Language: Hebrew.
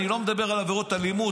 אני לא מדבר על עבירות אלימות,